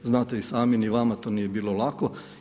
Znate i sami ni vama to nije bilo lako.